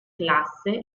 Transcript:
classe